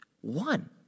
one